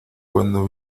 cuando